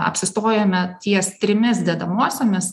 apsistojome ties trimis dedamosiomis